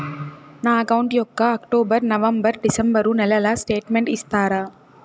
నా అకౌంట్ యొక్క October, November, December నెలల స్టేట్మెంట్ ఇస్తారా?